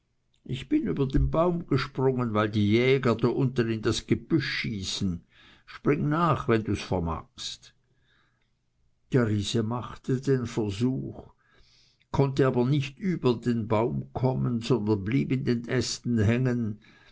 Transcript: ich bin über den baum gesprungen weil die jäger da unten in das gebüsch schießen spring nach wenn dus vermagst der riese machte den versuch konnte aber nicht über den baum kommen sondern blieb in den ästen hängen